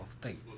thank